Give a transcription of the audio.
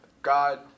God